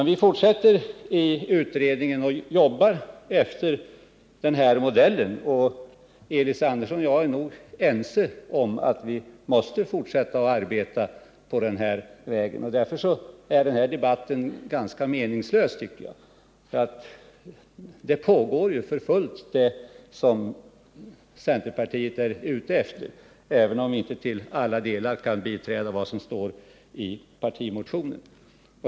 Vi fortsätter i utredningen och jobbar efter den här modellen. Elis Andersson och jag är nog ense om att vi måste fortsätta på den här vägen. Den här debatten är ganska meningslös, tycker jag. Det som centern är ute efter pågår ju för fullt, även om utredningen inte till alla delar kan biträda vad som står i partimotionen.